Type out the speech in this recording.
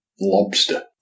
lobster